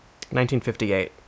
1958